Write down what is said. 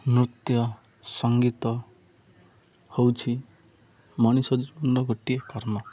ନୃତ୍ୟ ସଙ୍ଗୀତ ହେଉଛି ମଣିଷ ଜୀବନର ଗୋଟିଏ କର୍ମ